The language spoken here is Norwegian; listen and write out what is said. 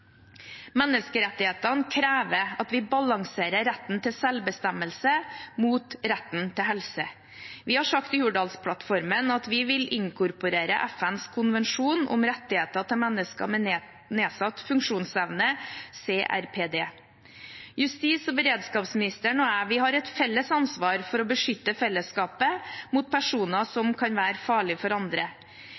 Menneskerettighetene krever at vi balanserer retten til selvbestemmelse mot retten til helse. Vi har sagt i Hurdalsplattformen at vi vil inkorporere FNs konvensjon om rettighetene til personer med nedsatt funksjonsevne, CRPD. Justis- og beredskapsministeren og jeg har et felles ansvar for å beskytte fellesskapet mot personer som kan være farlige for andre.